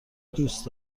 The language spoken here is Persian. دوست